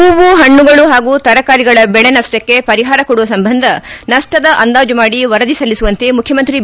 ಹೂವು ಹಣ್ಣುಗಳು ಹಾಗೂ ತರಕಾರಿಗಳ ಬೆಳೆ ನಷ್ಷಕ್ಷೆ ಪರಿಹಾರ ಕೊಡುವ ಸಂಬಂಧ ನಷ್ಷದ ಅಂದಾಜು ಮಾಡಿ ವರದಿ ಸಲ್ಲಿಸುವಂತೆ ಮುಖ್ಯಮಂತ್ರಿ ಬಿ